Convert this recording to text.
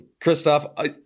Christoph